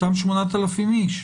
אותם 8,000 איש.